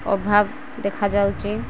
ଅଭାବ ଦେଖାାଯାଉଛି